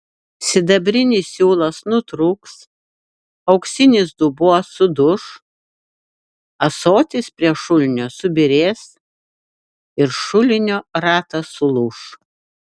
sidabrinis siūlas nutrūks auksinis dubuo suduš ąsotis prie šulinio subyrės ir šulinio ratas sulūš